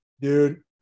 Dude